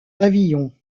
pavillon